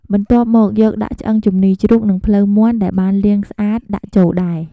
បន្ទាប់មក យកដាក់ឆ្អឹងជំនីជ្រូកនិងភ្លៅមាន់ដែលបានលាងស្អាតដាក់ចូលដែរ។